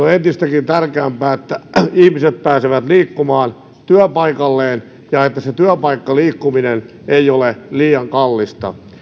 on entistäkin tärkeämpää että ihmiset pääsevät liikkumaan työpaikalleen ja että se työpaikkaliikkuminen ei ole liian kallista